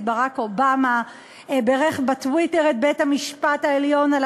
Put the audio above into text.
ברק אובמה בירך בטוויטר את בית-המשפט העליון על